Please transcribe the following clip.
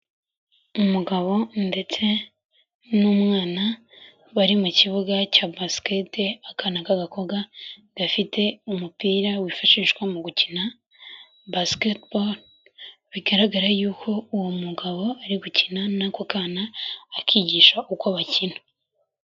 Umugabo ndetse n'umwana bari mu kibuga cya basiketi, akana k'agakobwa gafite umupira wifashishwa mu gukina basketball, bigaragara yuko uwo mugabo ari gukina n'ako kana akigisha uko bakina.